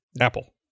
Apple